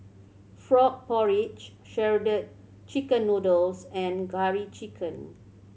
frog porridge Shredded Chicken Noodles and Curry Chicken